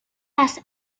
las